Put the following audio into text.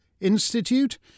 Institute